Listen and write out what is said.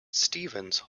stevens